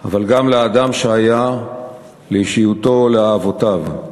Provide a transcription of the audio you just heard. אבל גם לאדם שהיה, לאישיותו, לאהבותיו.